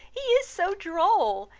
he is so droll!